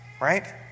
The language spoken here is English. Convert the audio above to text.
Right